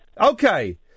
Okay